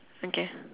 okay